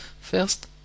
first